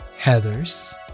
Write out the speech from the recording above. Heather's